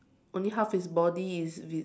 only half is body is vi~